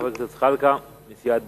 חבר הכנסת ג'מאל זחאלקה מסיעת בל"ד,